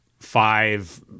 five